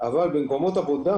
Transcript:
במקומות עבודה